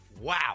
wow